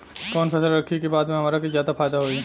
कवन फसल रखी कि बाद में हमरा के ज्यादा फायदा होयी?